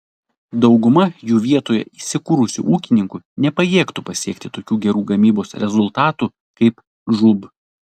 dauguma jų vietoje įsikūrusių ūkininkų nepajėgtų pasiekti tokių gerų gamybos rezultatų kaip žūb